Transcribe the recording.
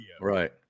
Right